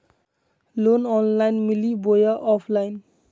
Loan online मिली बोया offline?